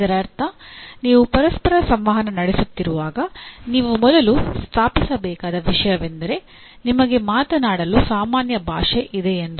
ಇದರರ್ಥ ನೀವು ಪರಸ್ಪರ ಸಂವಹನ ನಡೆಸುತ್ತಿರುವಾಗ ನೀವು ಮೊದಲು ಸ್ಥಾಪಿಸಬೇಕಾದ ವಿಷಯವೆಂದರೆ ನಿಮಗೆ ಮಾತನಾಡಲು ಸಾಮಾನ್ಯ ಭಾಷೆ ಇದೆಯೆಂದು